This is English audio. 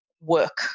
work